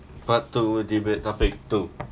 part two debate topic two